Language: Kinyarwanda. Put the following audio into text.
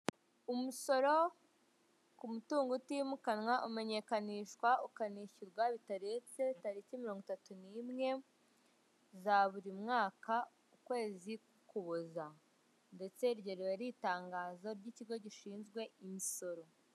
Umusoro ku mutungo utimukanwa umenyekanishwa ukanishyurwa bitarenze tariki mirongo itatu ni imwe za buri mwaka ukwezi k kuboza ndetse iryorewe ari itangazo ry'ikigo gishinzwe imisoro